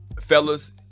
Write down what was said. Fellas